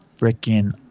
freaking